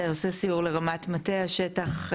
אתה עושה סיור לרמת מטה השטח,